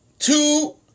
two